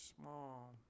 small